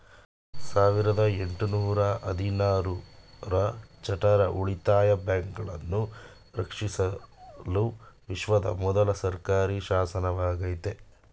ಸಾವಿರದ ಎಂಟು ನೂರ ಹದಿನಾರು ರ ಚಾರ್ಟರ್ ಉಳಿತಾಯ ಬ್ಯಾಂಕುಗಳನ್ನ ರಕ್ಷಿಸಲು ವಿಶ್ವದ ಮೊದ್ಲ ಸರ್ಕಾರಿಶಾಸನವಾಗೈತೆ